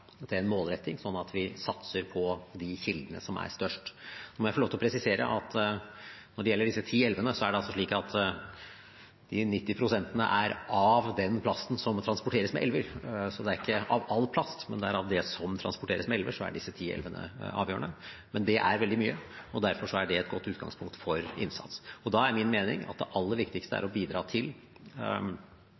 til en målretting, slik at vi satser på de kildene som er størst. La meg få lov til å presisere at for 90 pst. av den plasten som transporteres med elver – så det er ikke av all plast, men av det som transporteres med elver – er disse ti elvene avgjørende. Men det er veldig mye, og derfor er det et godt utgangspunkt for innsats. Da er min mening at det aller viktigste er å bidra til